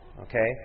okay